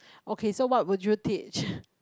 okay so what would you teach